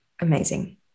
Amazing